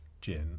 gin